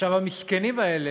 המסכנים האלה,